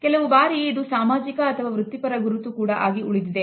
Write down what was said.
ಕೆಲವು ಬಾರಿ ಇದು ಸಾಮಾಜಿಕ ಅಥವಾ ವೃತ್ತಿಪರ ಗುರುತು ಕೂಡ ಆಗಿ ಉಳಿದಿದೆ